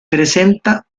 presenta